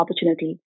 opportunity